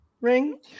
ring